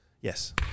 Yes